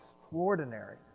extraordinary